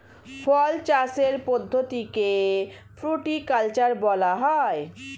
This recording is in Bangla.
ফল চাষের পদ্ধতিকে ফ্রুটিকালচার বলা হয়